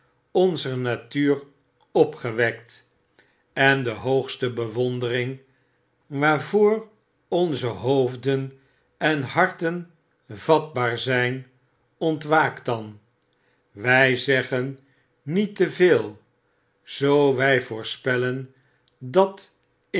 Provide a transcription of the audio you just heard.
onzer natuur opgewekt en de hoogste bewondering waarvoor onze hoofden en harten vatbaar ztfn ontwaakt dan wy zeggen niet te veel zoo wij voorspellen dat